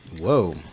Whoa